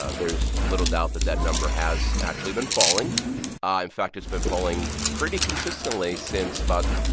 ah there's little doubt that that number has actually been falling and fact, it's been falling pretty consistently since about,